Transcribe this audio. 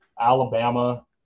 Alabama